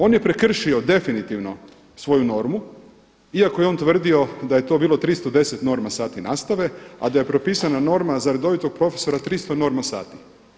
On je prekršio definitivno svoju normu iako je on tvrdio da je to bilo 310 norma sati nastave, a da je propisana norma za redovitog profesora 300 norma sati.